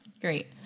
great